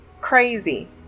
crazy